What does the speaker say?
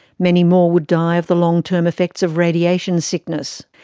many more would die of the long-term effects of radiation sickness.